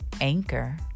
anchor